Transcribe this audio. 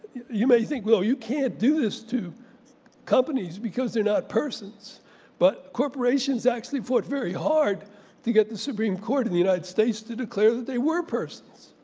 you may think well you can't do this to companies because they're not persons but corporations actually fought very hard to get the supreme court in the united states to declare that they were persons.